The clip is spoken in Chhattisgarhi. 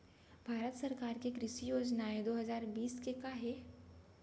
भारत सरकार के कृषि योजनाएं दो हजार बीस के का हे?